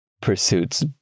pursuits